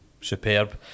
superb